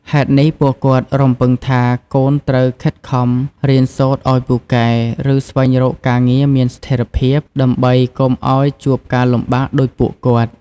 ហេតុនេះ ពួកគាត់រំពឹងថាកូនត្រូវ ខិតខំរៀនសូត្រឲ្យពូកែ ឬ ស្វែងរកការងារមានស្ថិរភាព ដើម្បីកុំឲ្យជួបការលំបាកដូចពួកគាត់។